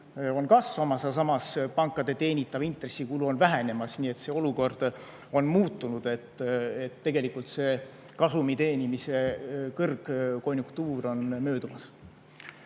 on kasvamas, samas pankade teenitav intressitulu on vähenemas. Nii et olukord on muutunud ja tegelikult kasumi teenimise kõrgkonjunktuur on möödumas.